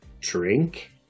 Drink